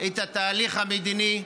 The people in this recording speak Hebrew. את התהליך המדיני.